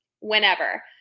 whenever